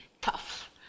tough